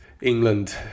England